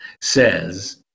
says